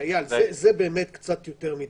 זה באמת קצת יותר מדי.